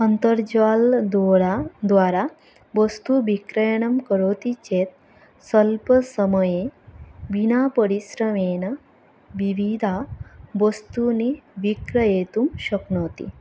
अन्तर्जालद्वारा द्वारा वस्तुविक्रयणं करोति चेत् स्वल्पसमये विना परिश्रमेन विविधवस्तूनि विक्रेतुं शक्नोति